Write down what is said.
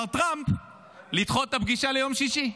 טראמפ לדחות את הפגישה ליום שישי.